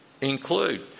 include